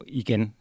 igen